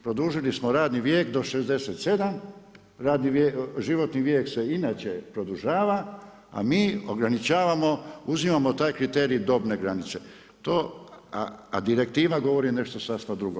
Produžili smo radni vijek do 67, životni vijek se inače produžava, a mi ograničavamo, uzimamo taj kriterij dobne granice, a direktiva dolazi nešto sasvim drugo.